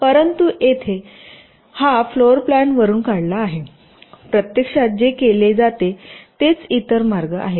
परंतु येथे तर हा फ्लोर प्लान वरुन काढला आहे परंतु प्रत्यक्षात जे केले जाते तेच इतर मार्ग आहे